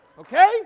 okay